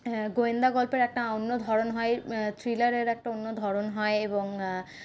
গোয়েন্দা গল্পের একটা অন্য ধরণ হয় থ্রিলারের একটা অন্য ধরণ হয় এবং